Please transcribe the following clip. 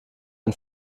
ein